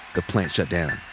the plant shut down.